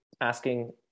asking